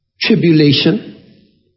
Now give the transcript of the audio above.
tribulation